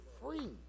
free